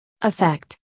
effect